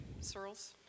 Searles